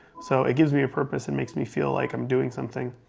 so it gives me a purpose. it makes me feel like i'm doing something